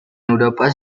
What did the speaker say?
europa